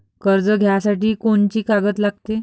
कर्ज घ्यासाठी कोनची कागद लागते?